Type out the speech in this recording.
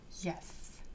Yes